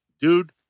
Dude